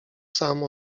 sam